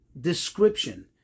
description